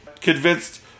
convinced